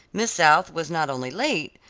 miss south was not only late,